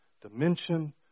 dimension